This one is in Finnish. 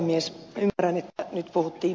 ymmärrän että nyt puhuttiin